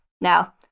Now